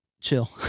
chill